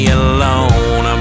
alone